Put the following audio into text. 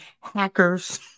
hackers